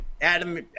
Adam